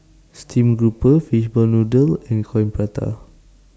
Steamed Grouper Fishball Noodle and Coin Prata